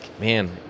man